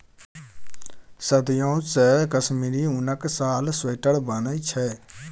सदियों सँ कश्मीरी उनक साल, स्वेटर बनै छै